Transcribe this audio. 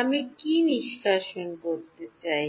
আমি কী নিষ্কাশন করতে চাই